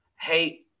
hey